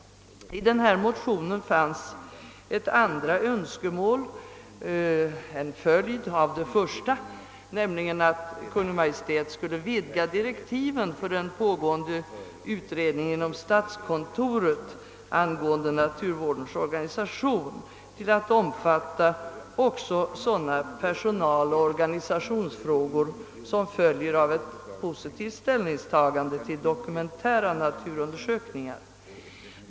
I denna motion fanns ett andra önskemål, en följd av det första, nämligen att Kungl. Maj:t skulle vidga direktiven för den pågående utredningen inom statskontoret angående naturvårdens organisation till att omfatta också sådana personaloch organisationsfrågor som följer av ett positivt ställningstagande till dokumentära naturundersökningar.